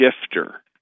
shifter